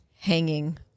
hanging